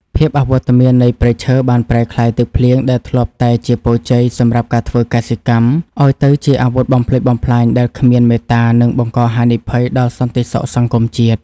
ភាពអវត្តមាននៃព្រៃឈើបានប្រែក្លាយទឹកភ្លៀងដែលធ្លាប់តែជាពរជ័យសម្រាប់ការធ្វើកសិកម្ម ឱ្យទៅជាអាវុធបំផ្លិចបំផ្លាញដែលគ្មានមេត្តា និងបង្កហានិភ័យដល់សន្តិសុខសង្គមជាតិ។